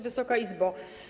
Wysoka Izbo!